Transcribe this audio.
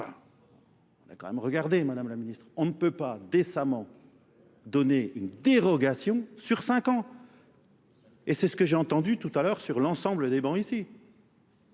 et qu'on en reparle. Gagnons du temps. On ne peut pas décemment donner une dérogation sur cinq ans. Et c'est ce que j'ai entendu tout à l'heure sur l'ensemble des bancs ici.